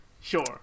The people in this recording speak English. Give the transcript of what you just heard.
Sure